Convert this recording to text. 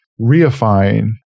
reifying